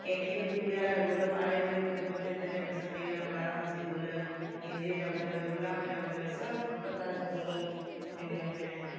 मूंखे बि पूॼा लाइ गुल पाड़े ओड़े में खपंदा आहिनि तॾहिं बि असांजे घरां ॿारहं मासी गुल गेंदे जा गुल गुलाब जा गुल सभु प्रकार जा गुल मुंहिंजे घर में आहिनि